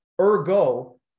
Ergo